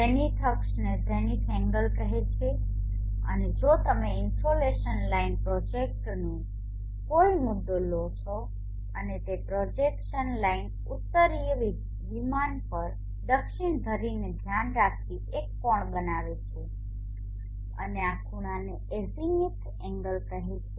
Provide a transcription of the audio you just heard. zenith અક્ષને zenith angle કહેવામાં આવે છે અને જો તમે ઇનસોલેશન લાઇન પ્રોજેક્ટનો કોઈ મુદ્દો લો છો અને તે પ્રોજેક્શન લાઇન ઉત્તરીય વિમાન પર દક્ષિણ ધરીને ધ્યાનમાં રાખીને એક કોણ બનાવે છે અને આ ખૂણાને એઝિમિથ એન્ગલ કહેવામાં આવે છે